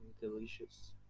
delicious